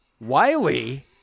Wiley